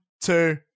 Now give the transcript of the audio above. two